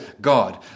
God